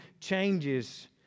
changes